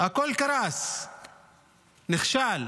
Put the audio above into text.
הכול קרס, נכשל,